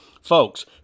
Folks